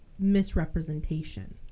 Misrepresentation